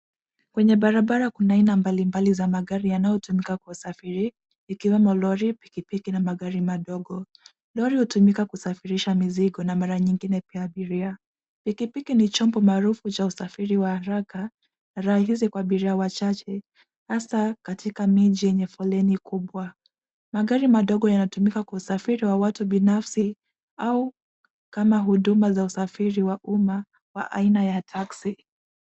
Kwenye barabara kuna aina mbalimbali za magari yanayotumika kwa usafiri ikiwemo lori, pikipiki na magari madogo. Lori hutumika kusafirisha mizigo na mara nyingine pia abiria. Pikipiki ni chombo maarufu cha usafiri wa haraka, rahisi kwa wasafiri wachache hasa katika miji yenye foleni kubwa. Magari madogo yanatumika kwa usafiri wa watu binafsi au kama huduma za usafiri wa umma wa aina ya taxi .